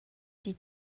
die